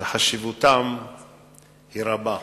וחשיבותם רבים.